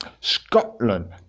Scotland